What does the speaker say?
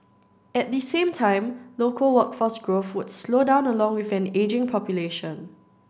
at the same time local workforce growth would slow down along with an ageing population